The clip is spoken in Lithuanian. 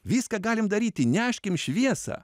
viską galim daryti neškim šviesą